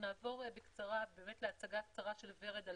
נעבור בקצרה להצגה של ורד על